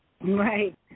Right